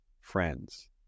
friends